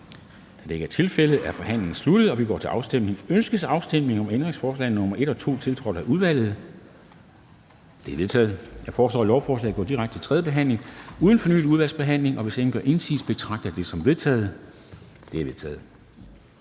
Kl. 13:11 Afstemning Formanden (Henrik Dam Kristensen): Ønskes afstemning om ændringsforslag nr. 1 og 2, tiltrådt af udvalget? De er vedtaget. Jeg foreslår, at lovforslaget går direkte til tredje behandling uden fornyet udvalgsbehandling. Hvis ingen gør indsigelse, betragter jeg det som vedtaget. Det er vedtaget.